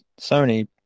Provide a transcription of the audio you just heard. Sony